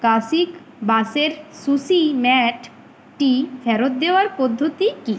classic বাঁশের sushi ম্যাটটি ফেরত দেওয়ার পদ্ধতি কী